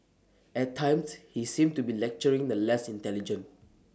at times he seemed to be lecturing the less intelligent